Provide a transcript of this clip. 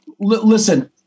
listen